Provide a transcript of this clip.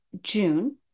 june